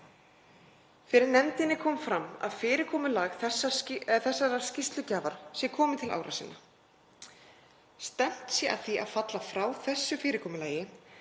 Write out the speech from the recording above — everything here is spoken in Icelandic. Fyrir nefndinni kom fram að fyrirkomulag þessarar skýrslugjafar sé komið til ára sinna. Stefnt sé að því að falla frá þessu fyrirkomulagi